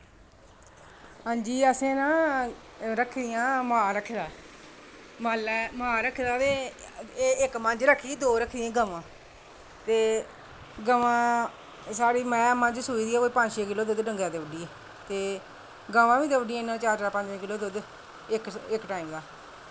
अंजी असें ना रक्खी दियां माल रक्खे दा मालै माल रक्खे दा ते इक्क मज्झ रक्खी दी ते दो रक्खी दियां गवां ते गवां ते साढ़ी मंझ सूही दी ऐ ते पंज छे किलो दुद्ध डंगै दा देई ओड़दी ते गवां बी देई ओड़दियां दौं चार चार छे छे किलो दुद्ध इक्क टाईम दा